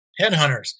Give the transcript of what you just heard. headhunters